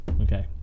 Okay